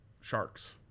Sharks